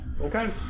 Okay